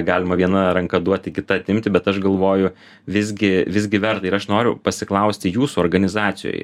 galima viena ranka duoti kitą atimti bet aš galvoju visgi visgi verta ir aš noriu pasiklausti jūsų organizacijoj